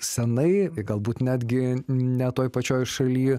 senai galbūt netgi ne toj pačioj šaly